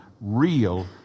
real